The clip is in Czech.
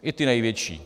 I ty největší.